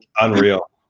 unreal